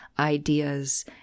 ideas